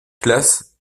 classe